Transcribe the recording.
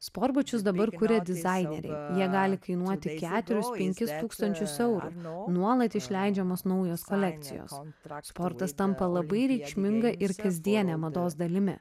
sportbačius dabar kuria dizaineriai jie gali kainuoti keturis penkis tūkstančius eurų nuolat išleidžiamos naujos kolekcijos sportas tampa labai reikšminga ir kasdiene mados dalimi